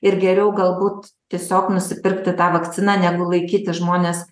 ir geriau galbūt tiesiog nusipirkti tą vakciną negu laikyti žmones